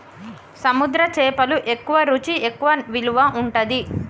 సముద్ర చేపలు ఎక్కువ రుచి ఎక్కువ విలువ ఉంటది